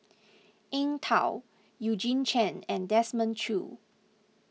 Eng Tow Eugene Chen and Desmond Choo